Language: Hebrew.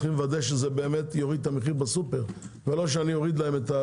שזה יוריד באמת את המחיר בסופר,